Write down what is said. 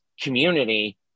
community